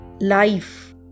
life